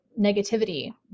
negativity